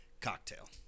cocktail